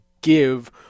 give